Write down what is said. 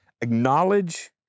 acknowledge